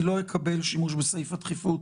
אני לא אקבל שימוש בסעיף הדחיפות